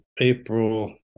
April